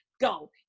Go